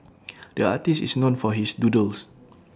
the artist is known for his doodles